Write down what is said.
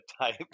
type